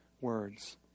words